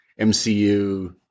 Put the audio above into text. MCU